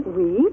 Oui